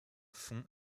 fonds